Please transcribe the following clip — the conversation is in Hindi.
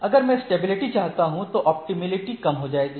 अगर मैं स्टेबिलिटी चाहता हूं तो ऑप्टिमेलिटी कम हो जाएगी